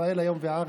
ישראל היום והארץ,